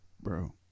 bro